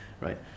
right